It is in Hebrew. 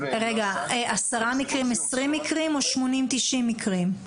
עשרה מקרים, עשרים מקרים, או שמונים-תשעים מקרים?